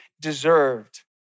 deserved